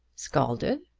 scalded!